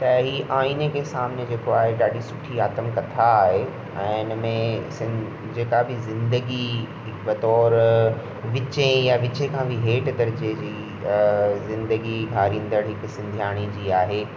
त ही आइने के सामने जेको आहे ॾाढी सुठी आतमकथा आहे ऐं हिनमें सिंध जेका बि ज़िंदगी बतोरि विचे या विचे खां बि हेठि दर्जे जी ज़िंदगी घारींदड़ हिकु सिंधियाणी जी आहे